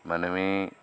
ᱢᱟᱹᱱᱢᱤ